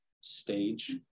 stage